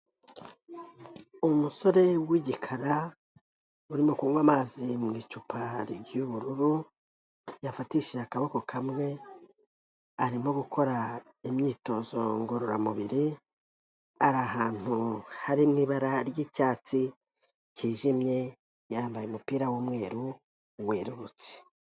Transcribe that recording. Umusore w'igikara, urimo kunywa amazi mu icupa ry'ubururu, yafatishije akaboko kamwe, arimo gukora imyitozo ngororamubiri, ari ahantu hari mu ibara ry'icyatsi kijimye, yambaye umupira w'umweru werurutse.